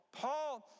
Paul